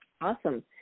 Awesome